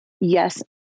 yes